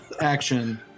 action